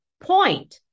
point